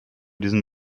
diesen